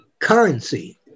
currency